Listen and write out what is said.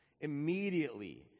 Immediately